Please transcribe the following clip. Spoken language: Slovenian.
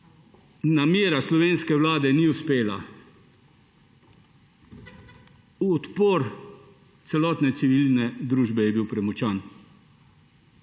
namera slovenske vlade ni uspela. Odpor celotne civilne družbe je bil premočan.